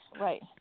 Right